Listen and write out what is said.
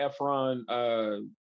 efron